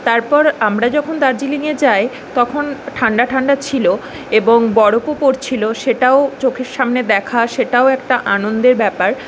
তারপর আমরা যখন দার্জিলিংয়ে যাই তখন ঠান্ডা ঠান্ডা ছিল এবং বরফও পড়ছিলো সেটাও চোখের সামনে দেখা সেটাও একটা আনন্দের ব্যাপার